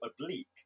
oblique